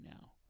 now